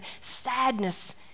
sadness